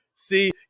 See